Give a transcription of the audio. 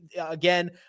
again